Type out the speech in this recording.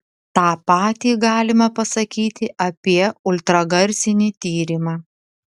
tą patį galima pasakyti apie ultragarsinį tyrimą